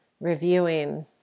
reviewing